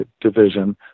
division